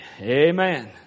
Amen